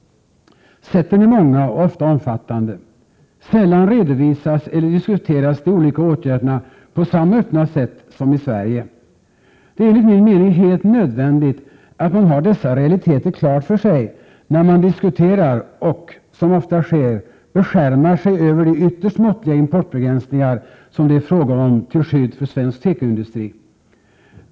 Sätten är många och ofta omfattande. Sällan redovisas eller diskuteras de olika åtgärderna på samma öppna sätt som i Sverige. Det är enligt min mening helt nödvändigt att man har dessa realiteter klara för sig, när man diskuterar och — som ofta sker — beskärmar sig över de ytterst måttliga importbegränsningar som det är fråga om till skydd för svensk tekoindustri.